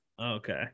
Okay